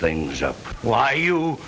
things up why you